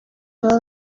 baba